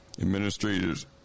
Administrators